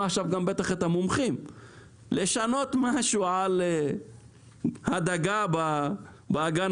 עכשיו את המומחים האם ניתן לשנות משהו על הדגה באגן